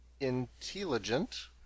intelligent